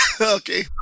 Okay